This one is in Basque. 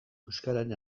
euskararen